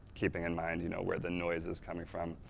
keeping in mind you know where the noise is coming from.